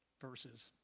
verses